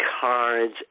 cards